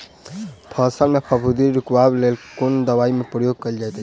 फसल मे फफूंदी रुकबाक लेल कुन दवाई केँ प्रयोग कैल जाइत अछि?